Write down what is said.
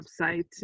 website